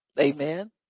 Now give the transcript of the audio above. Amen